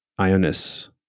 Ionis